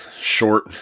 short